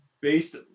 based